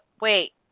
wait